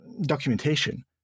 documentation